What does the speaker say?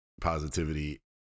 positivity